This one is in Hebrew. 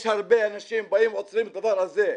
יש הרבה אנשים שבאים ועוצרים הדבר הזה.